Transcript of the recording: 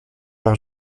par